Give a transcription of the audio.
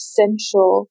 central